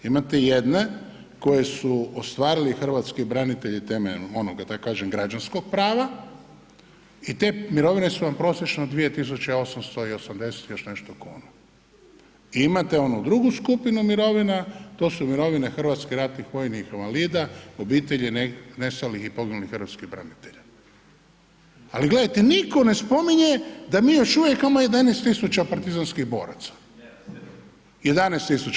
Imate jedne koje su ostvarili hrvatski branitelji temeljem onoga da kažem građanskog prava i te mirovine su vam prosječno 2.880 i još nešto kuna i imate onu drugu skupinu mirovina to su mirovine hrvatskih ratnih vojnih invalida, obitelji nestalih i poginulih hrvatskih branitelja, ali gledajte nitko ne spominje da mi još uvijek imamo 11.000 partizanskih boraca, 11.000.